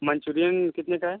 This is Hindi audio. मंचूरियन कितने का है